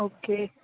okay